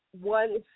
one